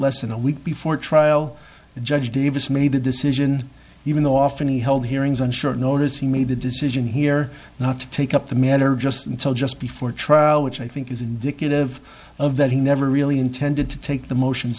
less than a week before trial judge davis made a decision even though often he held hearings on short notice he made the decision here not to take up the matter just until just before trial which i think is indicative of that he never really intended to take the motion